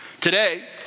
Today